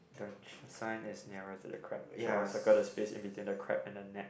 the sign is nearer to the crab so I'll circle the space in between the crab and the net